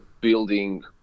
building